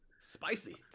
Spicy